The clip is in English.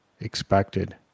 expected